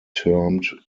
termed